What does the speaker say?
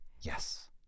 Yes